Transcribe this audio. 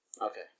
Okay